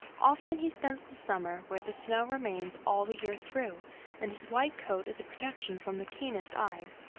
often he spends the summer where the snow remains all the year through and his white coat is a protection from the keenest eyes.